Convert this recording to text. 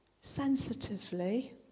sensitively